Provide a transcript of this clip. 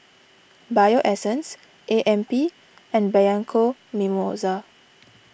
Bio Essence A M P and Bianco Mimosa